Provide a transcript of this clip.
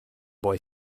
boy